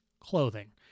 clothing